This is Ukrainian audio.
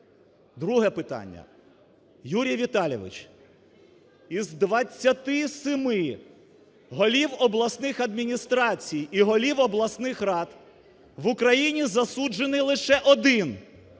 Друге питання. Юрій Віталійович, із 27 голів обласних адміністрацій і голів обласних рад в Україні засуджений лише один –